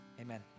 amen